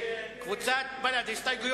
ההסתייגות של קבוצת סיעת בל"ד לסעיף 13,